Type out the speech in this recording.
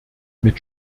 mit